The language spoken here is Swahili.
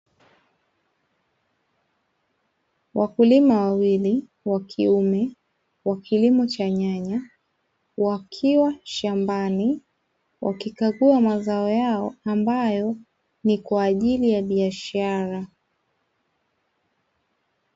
Wakulima wawili ,wa kiume wa kilimo cha nyanya wakiwa shambani, wakikagua mazao yao ambayo ni kwaajili ya biashara.